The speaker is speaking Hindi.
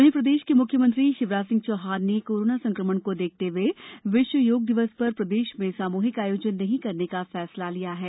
वहीं प्रदेष के मुख्यमंत्री शिवराज सिंह चौहान ने कोरोना संकमण को देखते हुए विश्व योग दिवस पर प्रदेष में सामूहिक आयोजन नहीं करने का फैसला लिया है